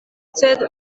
sed